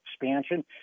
expansion